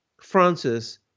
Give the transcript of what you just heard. Francis